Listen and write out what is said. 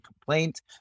complaint